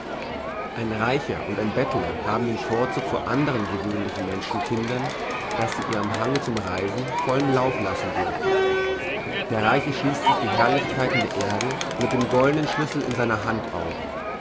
ein reicher und ein bettler haben den vorzug vor anderen gewöhnlichen menschenkindern daß sie ihrem hange zum reisen vollen lauf lassen dürfen der reiche schließt sich die herrlichkeiten der erde mit dem goldenen schlüssel in seiner hand auf